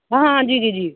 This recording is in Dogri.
एह् आं जी जी